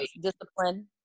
discipline